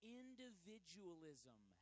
individualism